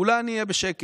אולי אני אהיה בשקט.